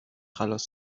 خلاص